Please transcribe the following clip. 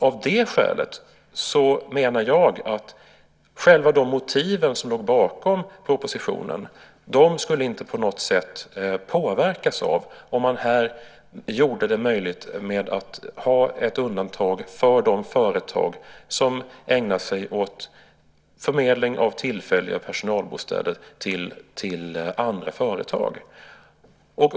Av det skälet menar jag att de motiv som låg bakom propositionen inte på något sätt skulle påverkas av om man här gjorde det möjligt att ha ett undantag för de företag som ägnar sig åt förmedling av tillfälliga personalbostäder till andra företag.